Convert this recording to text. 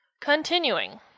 Continuing